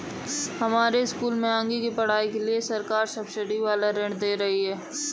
हमारे स्कूल में आगे की पढ़ाई के लिए सरकार सब्सिडी वाला ऋण दे रही है